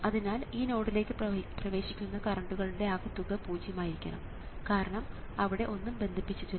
അതിനാൽ ഈ നോഡിലേക്ക് പ്രവേശിക്കുന്ന കറണ്ടുകളുടെ ആകെത്തുക പൂജ്യം ആയിരിക്കണം കാരണം അവിടെ ഒന്നും ബന്ധിപ്പിച്ചിട്ടില്ല